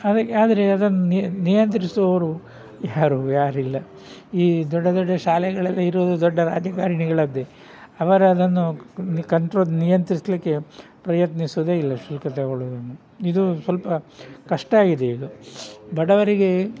ಅದಕ್ಕೆ ಆದರೆ ಅದನ್ನು ನಿಯಂತ್ರಿಸುವವರು ಯಾರು ಯಾರಿಲ್ಲ ಈ ದೊಡ್ಡ ದೊಡ್ಡ ಶಾಲೆಗಳಲ್ಲಿ ಇರುವುದು ದೊಡ್ಡ ರಾಜಕಾರಣಿಗಳದ್ದೇ ಅವರ ಅದನ್ನು ಕಂಟ್ರೋಲ್ ನಿಯಂತ್ರಿಸಲಿಕ್ಕೆ ಪ್ರಯತ್ನಿಸೋದೆ ಇಲ್ಲ ಶುಲ್ಕ ತೊಗೊಳ್ಳೊದನ್ನು ಇದು ಸ್ವಲ್ಪ ಕಷ್ಟ ಆಗಿದೆ ಇದು ಬಡವರಿಗೆ